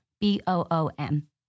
B-O-O-M